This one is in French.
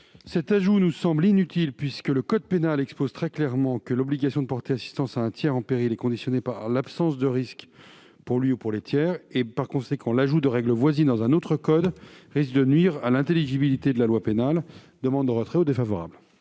Cet ajout nous semble inutile, puisque le code pénal expose très clairement que l'obligation de porter assistance à un tiers en péril est conditionnée par l'absence de risque pour soi ou pour les tiers. L'ajout de règles voisines dans un autre code risque de nuire à l'intelligibilité de la loi pénale, raison pour laquelle